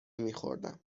میخوردم